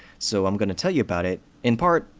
so i'm gonna tell you about it, in part,